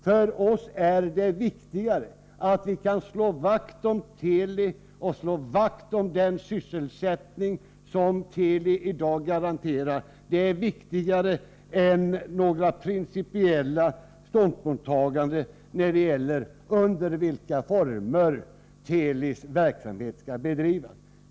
För oss är det viktigare att vi kan slå vakt om Teli och om den sysselsättning som Teli i dag garanterar än att vi kommer fram till några principiella ståndpunkter när det gäller under vilka former Telis verksamhet skall bedrivas.